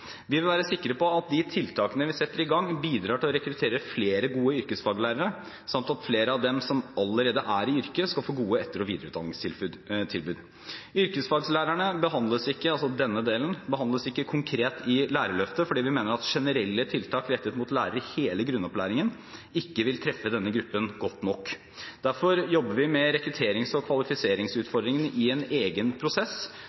Vi vil være sikre på at de tiltakene vi setter i gang, bidrar til å rekruttere flere gode yrkesfaglærere samt at flere av dem som allerede er i yrket, skal få gode etter- og videreutdanningstilbud. Yrkesfaglærerne – denne delen – behandles ikke konkret i Lærerløftet, fordi vi mener at generelle tiltak rettet mot lærere i hele grunnopplæringen, ikke vil treffe denne gruppen godt nok. Derfor jobber vi med rekrutterings- og